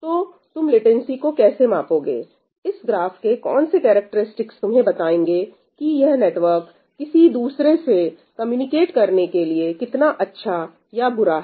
तो तुम लेटेंसी को कैसे मापोगे इस ग्राफ के कौन से कैरेक्टरस्टिक्स तुम्हें बताएंगे कि यह नेटवर्क किसी बहुत दूर दूसरे से कम्युनिकेट करने के लिए कितना अच्छा या बुरा है